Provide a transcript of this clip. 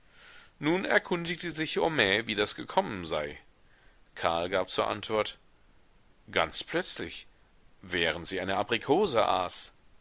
nun erkundigte sich homais wie das gekommen sei karl gab zur antwort ganz plötzlich während sie eine aprikose